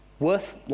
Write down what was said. worth